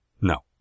No